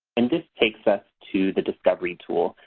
and this takes us to the discovery tool.